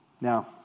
Now